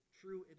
true